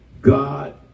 God